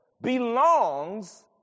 belongs